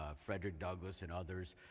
ah frederick douglass and others,